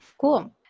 Cool